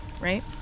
right